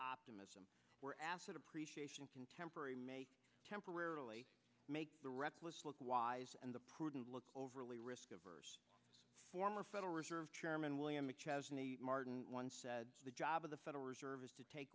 optimism where asset appreciation contemporary may temporarily make the reckless look wise and the prudent look overly risky former federal reserve chairman william martin once said the job of the federal reserve is to take